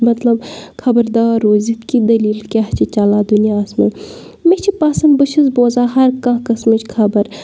مطلب خبردار روٗزِتھ کہِ دٔلیٖل کیاہ چھِ چلان دُنیاہَس منٛز مےٚ چھِ پسنٛد بہٕ چھس بوزان ہر کانٛہہ قمسٕچ خبَر